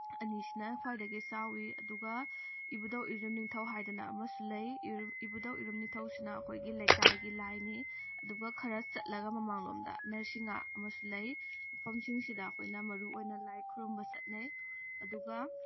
ꯑꯅꯤꯁꯤꯅ ꯈ꯭ꯋꯥꯏꯗꯒꯤ ꯆꯥꯎꯋꯤ ꯑꯗꯨꯒ ꯏꯕꯨꯗꯧ ꯎꯔꯤꯝ ꯅꯤꯡꯊꯧ ꯍꯥꯏꯗꯅ ꯑꯃꯁꯨ ꯂꯩ ꯏꯕꯧꯗꯧ ꯎꯔꯤꯝ ꯅꯤꯡꯊꯧꯁꯤꯅ ꯑꯩꯈꯣꯏꯒꯤ ꯂꯩꯀꯥꯏꯒꯤ ꯂꯥꯏꯅꯤ ꯑꯗꯨꯒ ꯈꯔ ꯆꯠꯂꯒ ꯃꯃꯥꯡꯂꯣꯝꯗ ꯅꯔꯁꯤꯡꯍ ꯑꯃꯁꯨ ꯂꯩ ꯃꯐꯝꯁꯤꯡꯁꯤꯗ ꯑꯩꯈꯣꯏꯅ ꯃꯔꯨ ꯑꯣꯏꯅ ꯂꯥꯏ ꯈꯨꯔꯨꯝꯕ ꯆꯠꯅꯩ ꯑꯗꯨꯒ